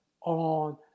on